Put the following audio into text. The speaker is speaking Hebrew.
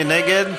מי נגד?